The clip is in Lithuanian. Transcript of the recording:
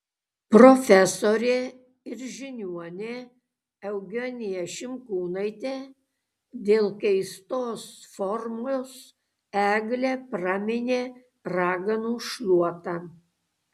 profesorė ir žiniuonė eugenija šimkūnaitė dėl keistos formos eglę praminė raganų šluota